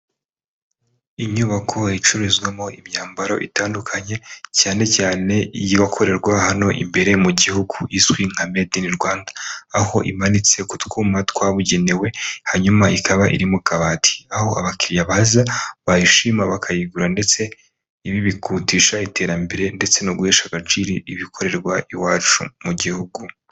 Inyubako icururizwamo imyambaro itandukanye cyane cyane iyabakorerwa hano imbere mu gihugu izwi nka medi ini Rwanda. Aho imanitse kutwuma twabugenewe hanyuma ikaba iri mu kabati. Aho abakiriya baza bayishima bakayigura ndetse ibi byihutisha iterambere ndetse no guhesha agaciro ibikorerwa iwacu mu gihugu.